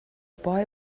boy